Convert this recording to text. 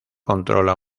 controla